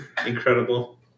Incredible